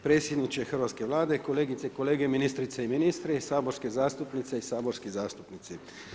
Predsjedniče hrvatske Vlade, kolegice i kolege ministrice i ministri, saborske zastupnice i saborski zastupnici.